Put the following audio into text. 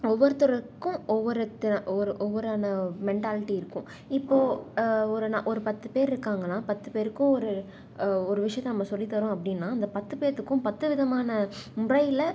ஒவ்வொருத்தவருக்கும் ஒவ்வொரு ஒவ்வொரான மெண்டாலிட்டி இருக்கும் இப்போ ஒரு நான் ஒரு பத்து பேர் இருக்காங்கன்னா பத்து பேருக்கும் ஒரு ஒரு விஷயத்தை நம்ம சொல்லித்தறோம் அப்படின்னா அந்த பத்து பேத்துக்கும் பத்து விதமான முறையில்